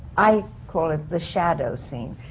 i call it the shadow scene.